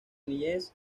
niñez